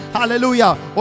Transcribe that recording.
Hallelujah